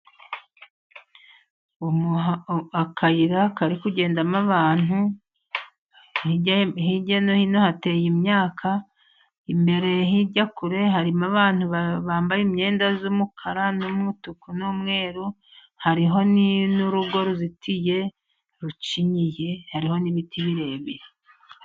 Akayira kari kugendamo abantu, hirya no hino hateye imyaka imbere hirya kure harimo abantu bambaye imyenda y'umukara n'umutuku n'umweru, hariho n'urugo ruzitiye rucinyiye hariho n'ibiti birebire.